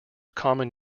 common